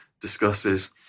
discusses